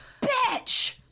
bitch